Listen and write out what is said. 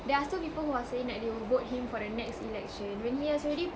there are still people who are saying that they will vote him for the next election when he has already